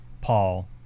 Paul